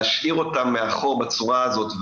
להשאיר אותם מאחור בצורה הזאת,